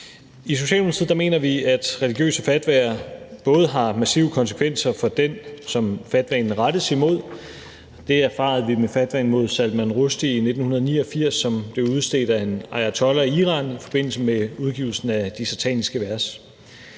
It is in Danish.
I Socialdemokratiet mener vi, at religiøse fatwaer har massive konsekvenser for den, som fatwaen rettes imod. Det erfarede vi med fatwaen mod Salman Rushdie i 1989, som blev udstedt af en ayatollah i Iran i forbindelse med udgivelsen af »De Sataniske Vers«.